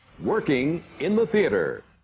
working in the theatre